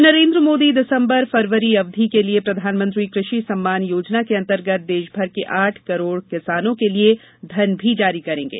श्री नरेन्द्र मोदी दिसंबर फरवरी अवधि के लिये प्रधानमंत्री कृषि सम्मान योजना के अंतर्गत देशभर के आठ करोड़ किसानों के लिये धन भी जारी करेंगे